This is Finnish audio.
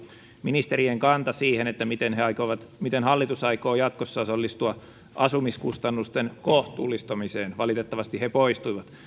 ministerien kanta siihen miten hallitus aikoo jatkossa osallistua asumiskustannusten kohtuullistamiseen valitettavasti he poistuivat